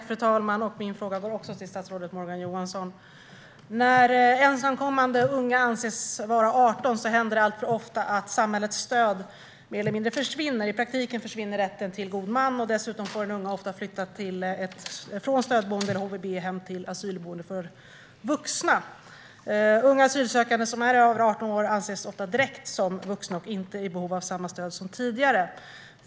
Fru talman! Min fråga går också till statsrådet Morgan Johansson. När ensamkommande unga anses vara 18 händer det alltför ofta att samhällets stöd mer eller mindre försvinner. I praktiken försvinner rätten till god man. Dessutom får den unga ofta flytta från stödboende eller HVB till asylboende för vuxna. Unga asylsökande som är över 18 år anses ofta direkt som vuxna och inte i behov av samma stöd som tidigare.